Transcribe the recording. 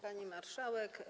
Pani Marszałek!